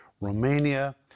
Romania